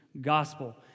Gospel